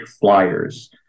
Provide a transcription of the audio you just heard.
flyers